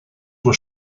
were